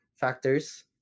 factors